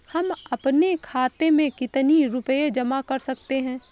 हम अपने खाते में कितनी रूपए जमा कर सकते हैं?